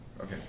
okay